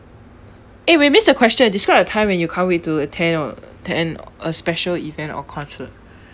eh we missed a question describe a time when you can't wait to attend or attend a special event or concert